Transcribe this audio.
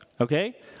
okay